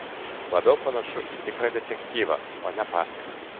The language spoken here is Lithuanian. labiau panašu į tikrą detektyvą o ne pasaką